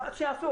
אולי.